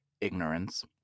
ignorance